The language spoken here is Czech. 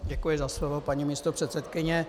Děkuji za slovo, paní místopředsedkyně.